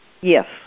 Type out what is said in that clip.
Yes